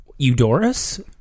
eudorus